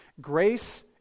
Grace